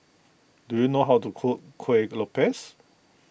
do you know how to cook Kuih Lopes